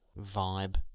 vibe